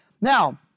Now